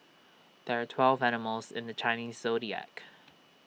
there are twelve animals in the Chinese Zodiac